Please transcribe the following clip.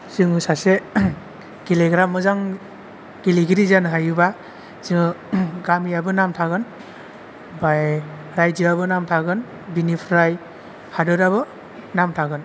जोङो सासे गेलेग्रा मोजां गेलेगिरि जानो हायोबा जोङो गामियाबो नाम थागोन ओमफाय राइजोआबो नाम थागोन बिनिफ्राय हादोराबो नाम थागोन